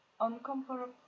uncomfortable